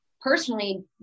personally